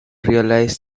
realise